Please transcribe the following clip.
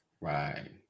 right